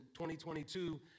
2022